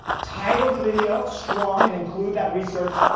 title the video, strong, and include that research,